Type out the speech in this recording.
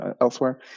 elsewhere